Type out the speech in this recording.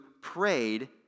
prayed